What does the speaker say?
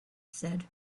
said